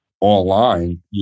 online